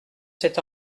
cet